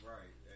Right